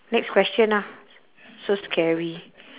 next question ah so scary